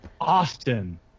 Austin